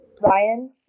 Ryan